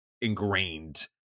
ingrained